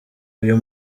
uyu